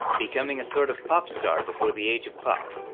becoming a sort of pop star before the age of pop.